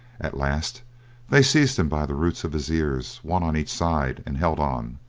at last they seized him by the roots of his ears, one on each side, and held on.